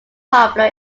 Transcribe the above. popular